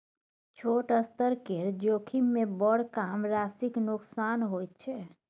छोट स्तर केर जोखिममे बड़ कम राशिक नोकसान होइत छै